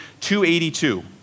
282